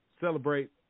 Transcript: celebrate